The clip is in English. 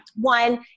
one